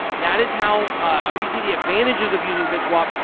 that is how obviously the advantages of using bitswap,